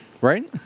Right